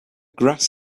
grass